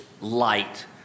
light